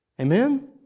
amen